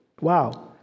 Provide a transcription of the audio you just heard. Wow